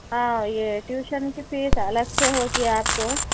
ہاں یہ ٹیوشن کی فیس الگ سے ہوگی آپ کو